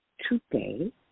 today